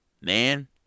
man